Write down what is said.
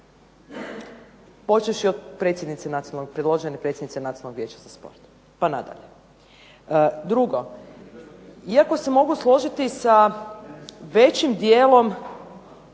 Nacionalnog, predložene predsjednice Nacionalnog vijeća za šport pa nadalje. Drugo, iako se mogu složiti sa većim dijelom